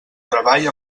treball